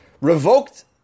revoked